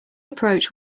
approach